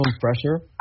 fresher